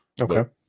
Okay